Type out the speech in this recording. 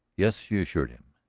yes, she assured him.